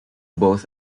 both